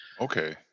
okay